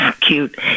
cute